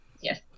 Yes